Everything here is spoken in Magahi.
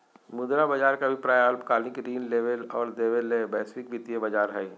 मुद्रा बज़ार के अभिप्राय अल्पकालिक ऋण लेबे और देबे ले वैश्विक वित्तीय बज़ार हइ